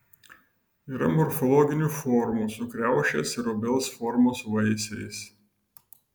yra morfologinių formų su kriaušės ir obels formos vaisiais